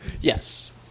Yes